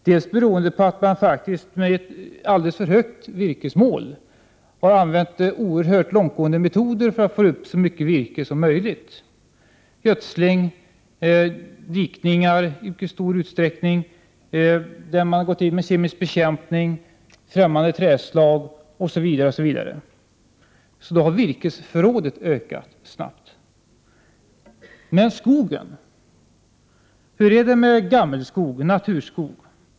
Det beror också på att man haft ett alldeles för högt virkesmål och använt oerhört långtgående metoder för att få ut så mycket virke som möjligt: gödsling, omfattande dikningar, kemisk bekämpning, plantering av ffrämmande träd slag, osv. På det sättet har virkesförrådet ökat snabbt. Men hur är det med skogen — gammelskog och naturskog?